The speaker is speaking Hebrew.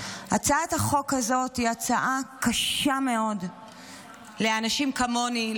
הצעת החוק הזאת היא הצעה קשה מאוד לאנשים כמוני,